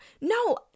No